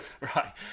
Right